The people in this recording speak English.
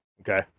Okay